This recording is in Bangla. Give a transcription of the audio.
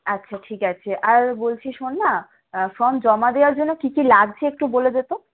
আচ্ছা ঠিক আছে আর বলছি শোন না ফর্ম জমা দেওয়ার জন্য কী কী লাগছে একটু বলে দে তো